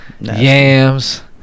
yams